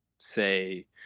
say